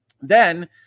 Then-